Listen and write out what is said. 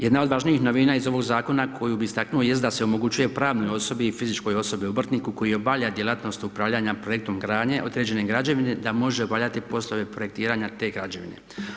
Jedna od važnijih novina iz ovog zakona koju bi istaknuo jest da se omogućuje pravnoj osobi i fizičkoj osobi obrtniku koji obavlja djelatnost upravljanja projektom gradnje određene građevine da može obavljati poslove projektiranja te građevine.